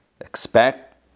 Expect